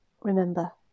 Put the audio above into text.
Remember